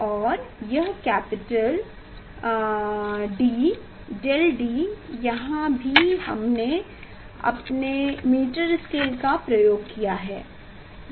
और यह capital D 𝝳D यहाँ भी हमने मीटर स्केल का उपयोग किया है